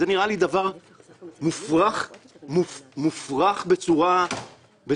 זה נראה לי דבר מופרך בצורה קשה.